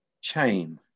chain